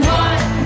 one